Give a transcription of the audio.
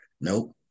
Nope